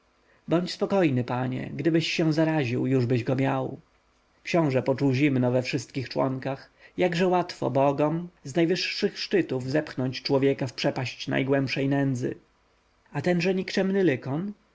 bądź spokojny panie gdybyś się zaraził jużbyś go miał książę poczuł zimno we wszystkich członkach jakże łatwo bogom z najwyższych szczytów zepchnąć człowieka w przepaść najgłębszej nędzy a tenże nikczemny